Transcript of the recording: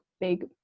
big